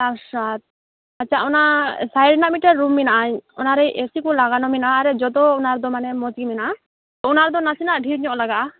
ᱪᱟᱨ ᱥᱟᱛ ᱟᱪᱷᱟ ᱚᱱᱟ ᱥᱟᱭᱤᱰ ᱨᱮᱱᱟᱜ ᱨᱩᱢ ᱢᱮᱱᱟᱜᱼᱟ ᱚᱱᱟ ᱨᱮ ᱮᱥᱤ ᱠᱚ ᱞᱟᱜᱟᱱᱳ ᱢᱮᱱᱟᱜᱼᱟ ᱟᱨᱮ ᱡᱚᱛᱚ ᱚᱱᱟ ᱨᱮᱫᱚ ᱢᱟᱱᱮ ᱢᱚᱡᱽ ᱜᱮ ᱢᱮᱱᱟᱜᱼᱟ ᱛᱚ ᱚᱱᱟ ᱨᱮᱫᱚ ᱱᱟᱥᱮᱱᱟᱜ ᱰᱷᱮᱨ ᱧᱚᱜ ᱞᱟᱜᱟᱜᱼᱟ